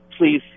please